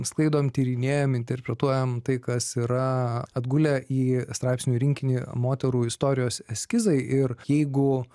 sklaidom tyrinėjam interpretuojam tai kas yra atgulę į straipsnių rinkinį moterų istorijos eskizai ir jeigu